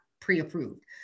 pre-approved